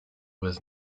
was